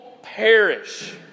perish